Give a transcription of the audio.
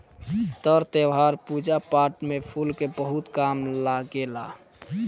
तर त्यौहार, पूजा पाठ में फूल के बहुत काम लागेला